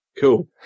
Cool